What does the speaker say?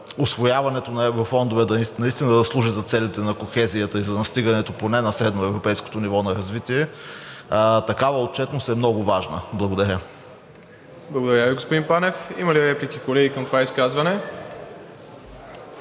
усвояването на еврофондове наистина да служи за целите на кохезията и за достигане поне на средноевропейското ниво на развитие, такава отчетност е много важна. Благодаря. ПРЕДСЕДАТЕЛ МИРОСЛАВ ИВАНОВ: Благодаря Ви, господин Панев. Има ли реплики, колеги, към това изказване?